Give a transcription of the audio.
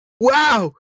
wow